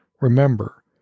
Remember